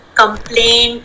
complain